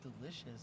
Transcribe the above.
delicious